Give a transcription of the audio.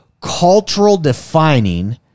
cultural-defining